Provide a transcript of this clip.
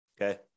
okay